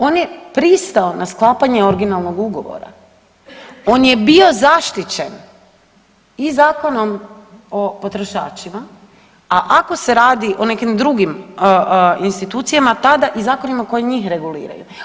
On je pristao na sklapanje originalnog ugovora, on je bio zaštićen i Zakonom o potrošačima, a ako se radi o nekim drugim institucijama tada i zakonima koji njih reguliraju.